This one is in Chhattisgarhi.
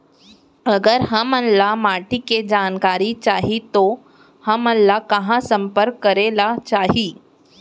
अगर हमन ला माटी के जानकारी चाही तो हमन ला कहाँ संपर्क करे ला चाही?